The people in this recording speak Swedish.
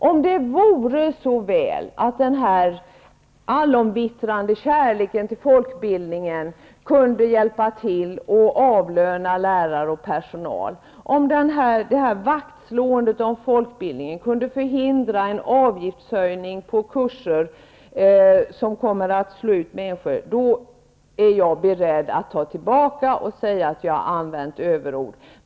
Om den här omvittnade kärleken till folkbildningen kunde hjälpa till att avlöna lärare och personal, om detta vaktslående om folkbildningen kunde förhindra att en höjning av avgifterna för kurserna slår ut människor, då är jag beredd att ta tillbaka mina ord och säga att jag har använt överord.